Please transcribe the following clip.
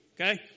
okay